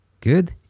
Good